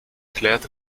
klärt